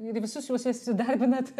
ir visus juos įsidarbinat